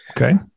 Okay